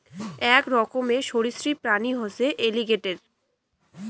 আক রকমের সরীসৃপ প্রাণী হসে এলিগেটের